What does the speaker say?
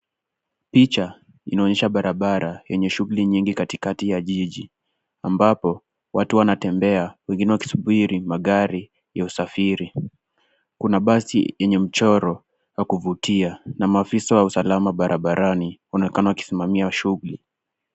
Picha inaonyesha barabara yenye shughuli nyingi katikati ya jiji ambapo watu wanatembea wengine wakisubiri magari ya usafiri. Kuna basi yenye mchoro wa kuvutia na maafisa wa usalama barabarani wanaonekana wakisimamia shughuli.